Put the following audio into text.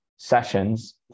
sessions